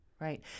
Right